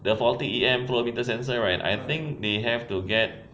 the faulty E_M full meter sensor right I think they have to get